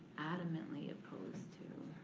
adamantly opposed to.